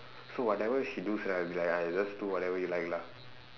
so whatever she does right I'll be like !hais! you just do whatever you like lah